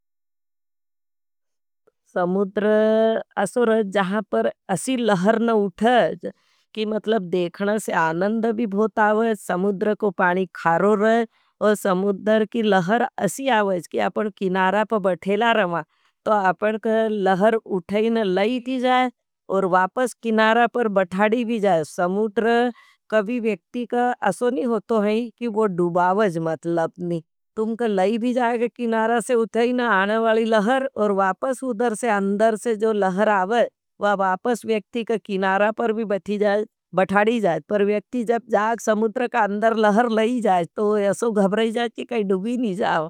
समुद्र अशो रह जहां पर अशी लहर न उठाज। कि मतलब देखना से आननद भोत आवज। समुद्र को पाणी खारो रह और समुद्र की लहर अशी आवज। कि आपन किनारा पर बठेला रमा। तो आपन के लहर उठाए न लाई जाए और वापस किनारा पर बठाड़ी जाए। समुद्र कभी वेक्ति का अशो नहीं होतो है कि वो डूबावज मतलब नहीं। तुमके लही भी जाये, के किनारा से उठाएन आणा वाली लहर और वापस उदरसे अंदर से जो लहर आवए। व वापस व्यक्ति का किनारा पर भी बैठी जाए बैठाड़ी जाय। पर व्यक्ति जब जात समुद्र का अंदर लहर लायीं जायेस। तो वो ऐसो घबरायी जात की काही डूबी ना जाव।